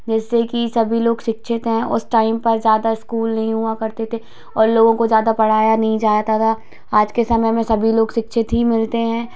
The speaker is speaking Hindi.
जैसे की सभी लोग शिक्षित हैं उस टाइम पर ज्यादा स्कूल नहीं हुआ करते थे उन लोगों को ज्यादा पढ़ाया नहीं जाता था आज के समय में सभी लोग शिक्षित ही मिलते हैं